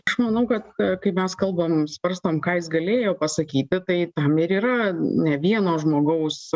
aš manau kad kai mes kalbam svarstom ką jis galėjo pasakyti tai tam ir yra ne vieno žmogaus